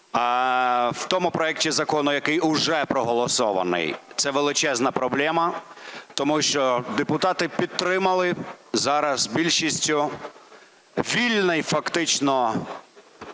В тому проекті закону, який уже проголосований, це величезна проблема, тому що депутати підтримали зараз більшістю вільне і фактично…